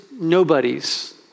nobodies